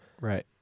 Right